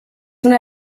una